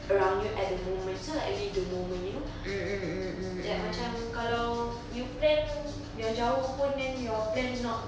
around you at the moment so like live the moment you know ya macam kalau you plan your jauh pun then your plan not